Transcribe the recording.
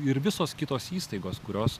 ir visos kitos įstaigos kurios